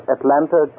Atlanta